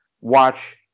watch